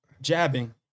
jabbing